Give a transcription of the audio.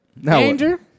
Danger